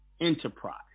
Enterprise